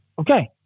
Okay